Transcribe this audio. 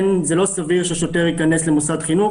זה לא סביר ששוטר ייכנס למוסד חינוך